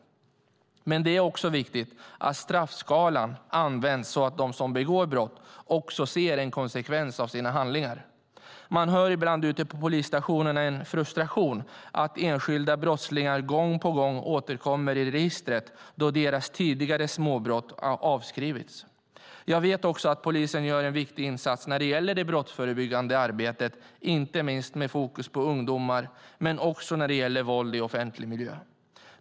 Det är också viktigt att straffskalan används så att de som begår brott ser en konsekvens av sina handlingar. Man möter ibland ute på polisstationerna en frustration över att enskilda brottslingar gång på gång återkommer i registret då deras tidigare småbrott avskrivits. Jag vet också att polisen gör en viktig insats när det gäller det brottsförebyggande arbetet, inte minst med fokus på ungdomar men också när det gäller våld i offentlig miljö.